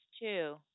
two